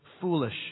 foolish